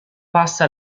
passa